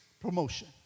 promotion